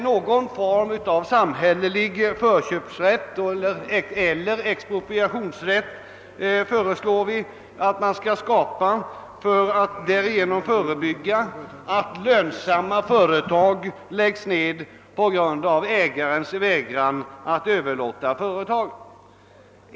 Någon form av samhällelig förköpseller expropriationsrätt föreslås skola skapas till förebyggande av att lönsamma företag läggs ned på grund av ägarens vägran alt överlåta företaget.